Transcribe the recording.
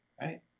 right